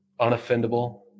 unoffendable